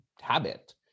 habit